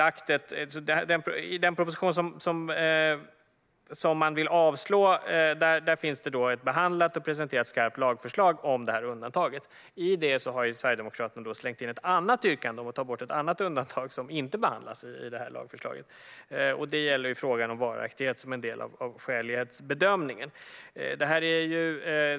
I den proposition som man vill avstyrka finns ett behandlat och presenterat skarpt lagförslag om undantaget. I detta har Sverigedemokraterna slängt in ett yrkande om att ta bort ett annat undantag som inte behandlas i lagförslaget. Det gäller frågan om varaktighet som en del av skälighetsbedömningen.